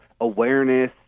awareness